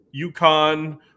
UConn